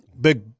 Big